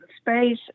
Space